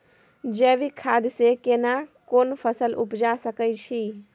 जैविक खाद से केना कोन फसल उपजा सकै छि?